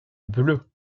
bleu